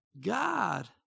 God